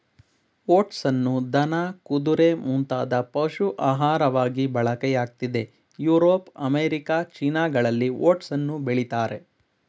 ಓಟ್ಸನ್ನು ದನ ಕುದುರೆ ಮುಂತಾದ ಪಶು ಆಹಾರವಾಗಿ ಬಳಕೆಯಾಗ್ತಿದೆ ಯುರೋಪ್ ಅಮೇರಿಕ ಚೀನಾಗಳಲ್ಲಿ ಓಟ್ಸನ್ನು ಬೆಳಿತಾರೆ